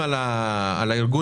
וספציפית אני מדבר על נהגי